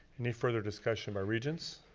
any further discussion by regents?